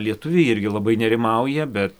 lietuviai irgi labai nerimauja bet